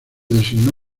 designó